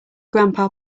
grandpa